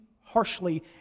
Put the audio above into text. harshly